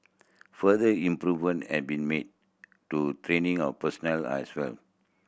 further improvement had been made to training of personnel as well